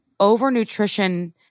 overnutrition